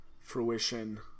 fruition